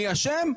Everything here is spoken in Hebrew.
מי אשם?